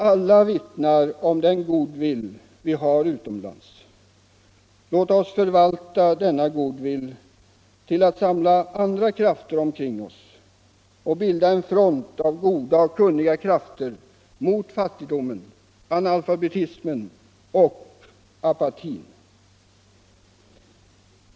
Alla vittnar om den goodwill vi har utomlands. Låt oss förvalta denna goodwill till att samla andra krafter omkring oss och bilda en front av goda och kunniga krafter mot fattigdomen, analfabetismen och apatin.